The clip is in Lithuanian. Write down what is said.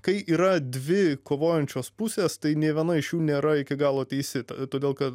kai yra dvi kovojančios pusės tai nė viena iš jų nėra iki galo teisi ta todėl kad